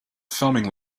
filming